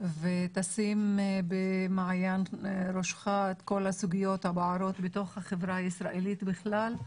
ותשים בראשך את כל הסוגיות הבוערות בתוך החברה הישראלית בכלל,